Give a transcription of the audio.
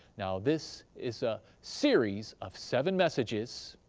now this is a series of seven messages,